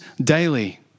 daily